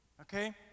okay